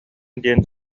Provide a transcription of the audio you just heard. диэн